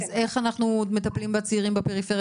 אז איך אנחנו מטפלים בצעירים בפריפריה